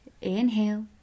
inhale